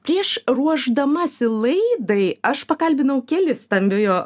prieš ruošdamasi laidai aš pakalbinau kelis stambiojo